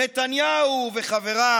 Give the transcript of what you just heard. נתניהו וחבריו